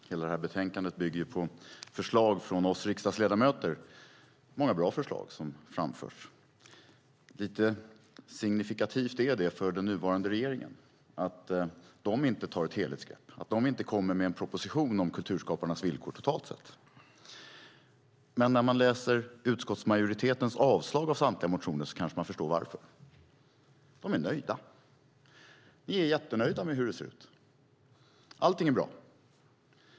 Herr talman! Hela det här betänkandet bygger på förslag från oss riksdagsledamöter. Det är många bra förslag som framförs. Det är lite signifikativt för den nuvarande regeringen att de inte tar ett helhetsgrepp, att de inte kommer med en proposition om kulturskaparnas villkor, totalt sett. Men när man läser utskottsmajoritetens avslagsyrkanden när det gäller samtliga motioner kanske man förstår varför. De är nöjda. Ni är jättenöjda med hur det ser ut. Allting är bra.